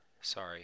Sorry